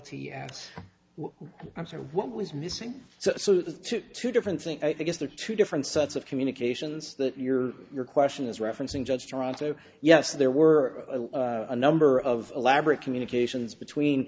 s m so what was missing so the two different thing i guess there are two different sets of communications that your your question is referencing judge toronto yes there were a number of elaborate communications between